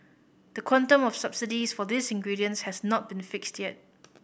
the quantum of subsidies for these ingredients has not been fixed yet